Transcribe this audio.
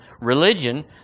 religion